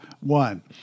one